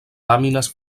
làmines